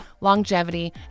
longevity